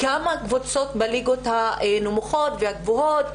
כמה קבוצות בליגות הנמוכות והגבוהות,